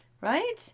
right